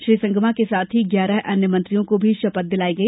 श्री संगमा के साथ ही ग्यारह अन्य मंत्रियों को भी शपथ दिलाई गई